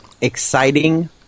exciting